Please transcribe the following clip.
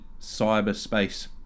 cyberspace